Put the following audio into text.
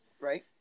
Right